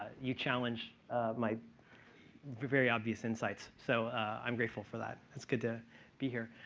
you challenged my very obvious insights. so, i'm grateful for that. it's good to be here.